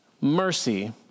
mercy